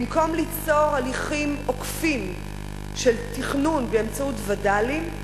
במקום ליצור הליכים עוקפים של תכנון באמצעות וד"לים,